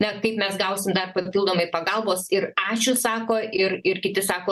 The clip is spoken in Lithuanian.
na kaip mes gausim dar papildomai pagalbos ir ačiū sako ir ir kiti sako